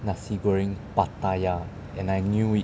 nasi goreng pattaya and I knew it